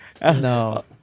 No